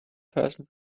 person